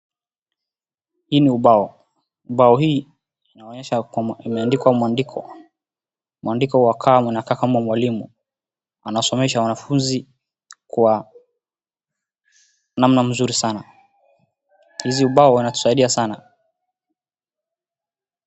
Hii ni ubao. Ubao hii inaonyesha kwamba, imeandikwa mwandiko. Mwandiko wa kalamu inakaa kama mwalimu. Anasomesha wanafunzi kwa namna mzuri sana. Hizi ubao wanatusaidia sana.